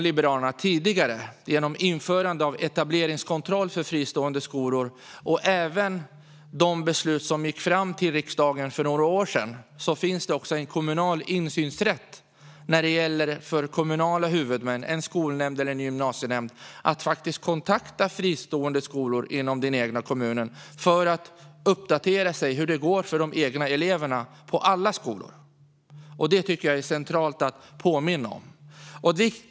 Liberalerna har tidigare genom införande av etableringskontroll för fristående skolor, även de beslut som gick fram till riksdagen för några år sedan, skapat en kommunal insynsrätt för kommunala huvudmän, en skolnämnd eller gymnasienämnd, att kontakta fristående skolor inom den egna kommunen för att uppdatera sig om hur det går för eleverna på alla skolor. Det är centralt att påminna om. Fru talman!